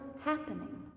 happening